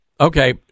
Okay